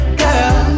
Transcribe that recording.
girl